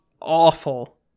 awful